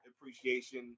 appreciation